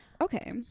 Okay